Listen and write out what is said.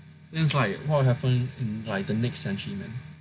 then it's like what will happen in like the next century man